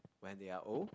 when they are old